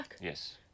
Yes